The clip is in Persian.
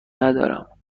ندارم